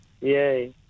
Yay